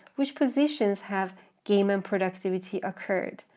which positions have game and productivity occurred,